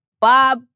Bob